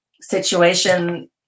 situation